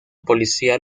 policía